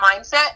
mindset